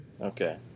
Okay